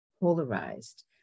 polarized